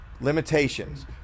Limitations